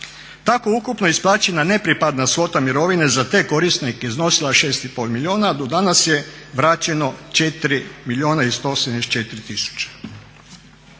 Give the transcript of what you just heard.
Tako ukupno isplaćena nepripadna svota mirovine za te korisnike iznosila je 6,5 milijuna a do danas je vraćeno 4 milijuna i 174 tisuće.